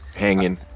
Hanging